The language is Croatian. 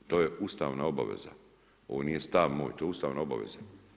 To je ustavna obaveza, ovo nije stav moj, to je ustavna obaveza.